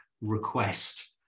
request